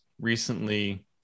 recently